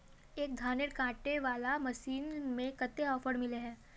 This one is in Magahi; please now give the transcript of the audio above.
एक धानेर कांटे वाला मशीन में कते ऑफर मिले है?